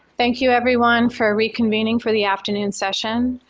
thank you everyone for reconvening for the afternoon session.